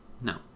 no